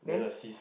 then